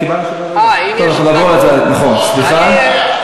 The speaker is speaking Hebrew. נכון, סליחה.